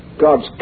God's